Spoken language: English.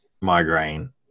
migraine